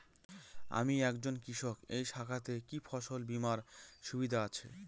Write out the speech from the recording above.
আমি একজন কৃষক এই শাখাতে কি ফসল বীমার সুবিধা আছে?